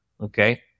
Okay